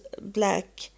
black